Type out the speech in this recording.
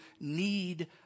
need